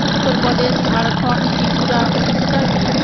Uttar Pradesh Jharkhand Tripura Orissa Bihar